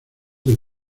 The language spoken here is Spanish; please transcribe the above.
del